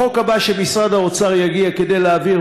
בחוק הבא שמשרד האוצר יגיע כדי להעביר,